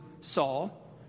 Saul